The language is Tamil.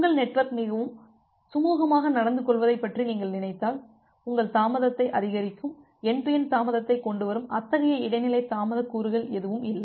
உங்கள் நெட்வொர்க் மிகவும் சுமூகமாக நடந்துகொள்வதைப் பற்றி நீங்கள் நினைத்தால் உங்கள் தாமதத்தை அதிகரிக்கும் என்டு டு என்டு தாமதத்தை கொண்டுவரும் அத்தகைய இடைநிலை தாமதக் கூறுகள் எதுவும் இல்லை